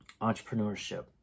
entrepreneurship